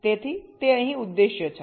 તેથી તે અહીં ઉદ્દેશ્ય છે